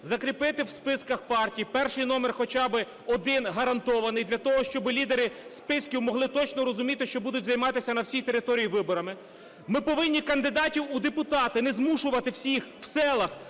закріпити в списках партій перший номер хоча би один гарантований для того, щоби лідери списків могли точно розуміти, що будуть займатися на всій території виборами. Ми повинні кандидатів у депутати не змушувати всіх в селах,